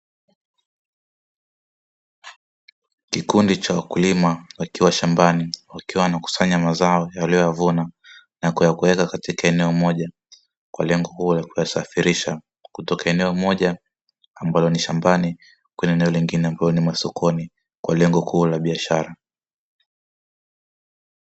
Kikundi cha wakulima wakiwa shambani wakiwa wanakusanya mazao walioyavuna na kuweka katika eneo moja, kwa lengo kuu la kuyasafirisha kutoka eneo moja ambalo ni shambani kwenda eneo lingine ambalo ni masokoni, kwa lengo kuu la biashara.